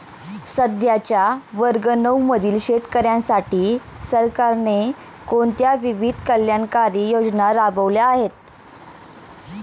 सध्याच्या वर्ग नऊ मधील शेतकऱ्यांसाठी सरकारने कोणत्या विविध कल्याणकारी योजना राबवल्या आहेत?